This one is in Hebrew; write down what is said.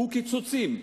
קיצוצים.